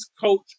coach